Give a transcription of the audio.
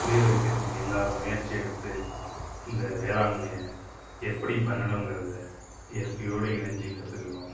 புரிய வைக்கிறத்துக்கு எல்லாரும் முயற்சி எடுத்து இந்த வேளாண்மைய எப்படி பண்ணனுங்கறதை இயற்கையோடு இணைஞ்சி கற்றுக்கனும்